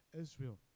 Israel